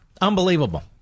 Unbelievable